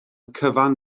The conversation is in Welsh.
cyfan